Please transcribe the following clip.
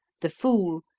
the fool,